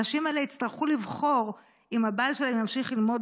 הנשים האלה יצטרכו לבחור אם הבעל שלהן ימשיך ללמוד